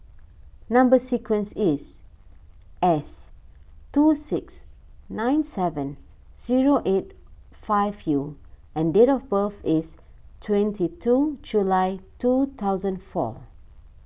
Number Sequence is S two six nine seven zero eight five U and date of birth is twenty two July two thousand four